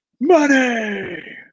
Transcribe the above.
money